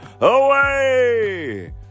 Away